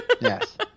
yes